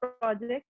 project